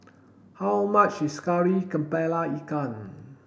how much is Kari Kepala Ikan